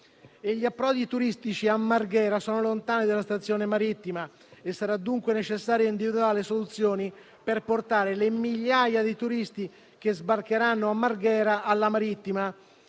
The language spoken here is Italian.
Gli approdi turistici a Marghera sono lontani dalla stazione marittima: sarà dunque necessario individuare soluzioni per portare alla Marittima le migliaia di turisti che sbarcheranno a Marghera. Insomma,